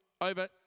over